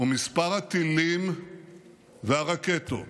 מספר הטילים והרקטות